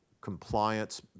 compliance